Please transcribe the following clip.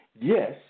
Yes